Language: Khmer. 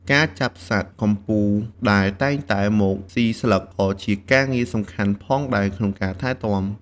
ការចាប់សត្វកំពូងដែលតែងតែមកស៊ីស្លឹកក៏ជាការងារសំខាន់ផងដែរក្នុងការថែទាំ។